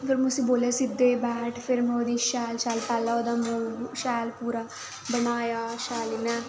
में उस्सी बोलेआ सिद्धे होइयै बैठ फिर में इदी शैल शैल पैह्लै शैल पूरा बनाया शैल इ'यां